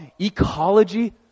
ecology